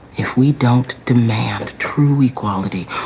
if we don't demand true equality,